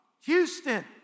Houston